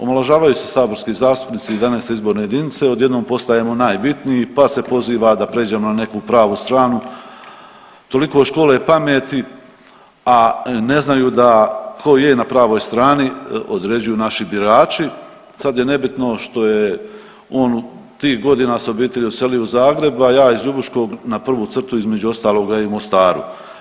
Omalovažavaju se saborski zastupnici iz 11. izborne jedinice, odjednom postajemo najbitniji pa se poziva da pređemo na nekakvu pravu stranu, toliko škole pameti, a ne znaju da tko je na pravoj strani određuju naši birači, sad je nebitno što je on tih godina sa obitelji doselio u Zagreb, a ja iz Ljubuškog, na prvu crtu između ostaloga i Mostaru.